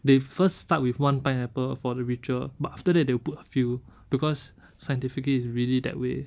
they first start with one pineapple for the ritual but after that they put a few because scientifically is really that way